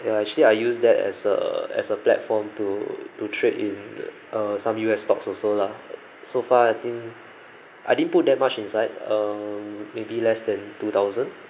ya actually I use that as a as a platform to to trade in uh some U_S stocks also lah so far I think I didn't put that much inside um maybe less than two thousand